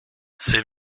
c’est